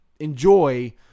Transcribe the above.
enjoy